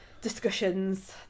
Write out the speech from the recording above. discussions